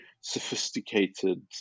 sophisticated